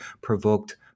provoked